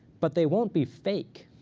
but they won't be fake.